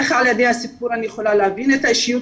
איך על ידי הסיפור אני יכולה להבין את האישיות